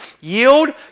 yield